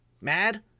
Mad